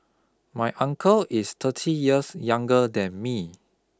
my uncle is thirty years younger than me